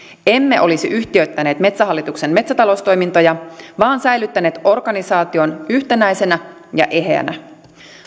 emme olisi yhtiöittäneet metsähallituksen metsätaloustoimintoja vaan säilyttäneet organisaation yhtenäisenä ja eheänä